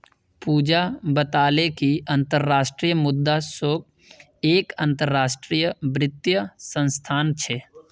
पूजा बताले कि अंतर्राष्ट्रीय मुद्रा कोष एक अंतरराष्ट्रीय वित्तीय संस्थान छे